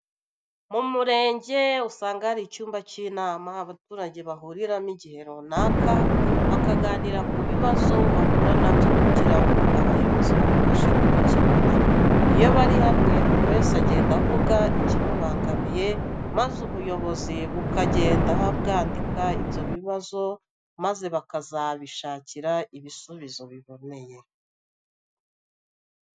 Mu murenge usanga hari icyumba cy'inama abaturage bahuriramo ighe runaka bakaganira ku bibazo bahura na byo kugira ngo abayobozi babafashe kubikemura. Iyo bari hamwe buri wese agenda avuga ikimubangamiye maze ubuyobozi bukagenda bwandika ibyo bibazo maze bakazabishakira ibisubizo biboneye.